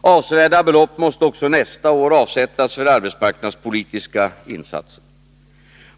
Avsevärda belopp måste också nästa år avsättas för arbetsmarknadspolitiska insatser.